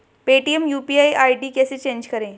Paytm UPI ID कैसे change करें?